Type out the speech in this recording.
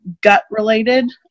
gut-related